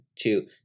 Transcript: two